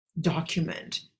document